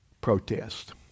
protest